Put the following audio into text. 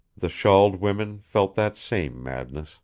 the shawled women felt that same madness